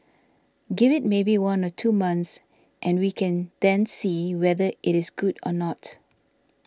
give it maybe one or two months and we can then see whether it is good or not